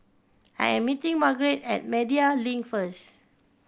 I am meeting Margrett at Media Link first